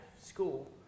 school